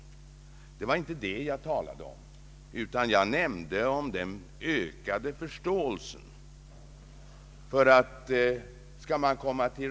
Det var inte den saken jag talade om utan om den ökade förståelsen för konsumentpolitikens principiella sidor.